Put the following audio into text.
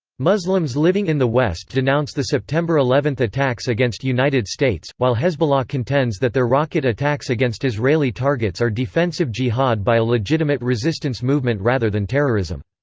muslims living in the west denounce the september eleventh attacks against united states, while hezbollah contends that their rocket attacks against israeli targets are defensive jihad by a legitimate resistance movement rather than terrorism.